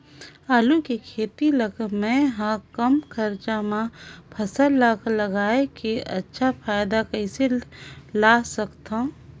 आलू के खेती ला मै ह कम खरचा मा फसल ला लगई के अच्छा फायदा कइसे ला सकथव?